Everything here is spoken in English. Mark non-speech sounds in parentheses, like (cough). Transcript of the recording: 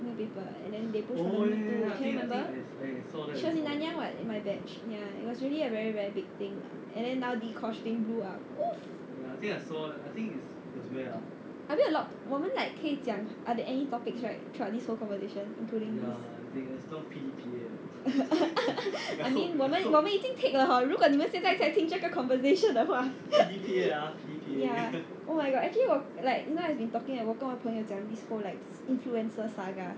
new paper and then they pushed for me too movement remember she was in nanyang [what] in my batch it was really a very very big thing and then now dee kosh thing blew up are we allowed 我们 like 可以讲 any topics right throughout this whole conversation including this (laughs) I mean 我们我们已经 take 了 hor 如果你们在听这个 conversation 的话